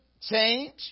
Change